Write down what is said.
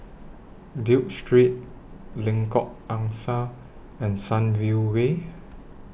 Duke Street Lengkok Angsa and Sunview Way